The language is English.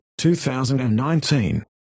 2019